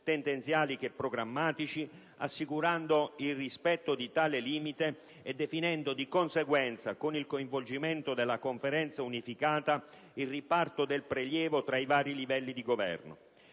tendenziali che programmatici, assicurando il rispetto di tale limite e definendo di conseguenza, con il coinvolgimento della Conferenza unificata, il riparto del prelievo tra i vari livelli di governo.